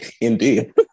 Indeed